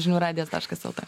žinių radijas taškas lt